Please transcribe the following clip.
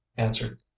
answered